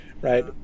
Right